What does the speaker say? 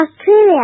Australia